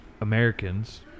Americans